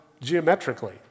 geometrically